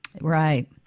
Right